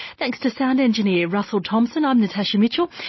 thanks to sound engineer russell thompson, i'm natasha mitchell.